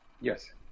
yes